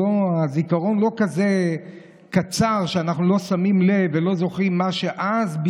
הזיכרון הוא לא כזה קצר שאנחנו לא שמים לב ולא זוכרים מה שאז,